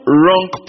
wrong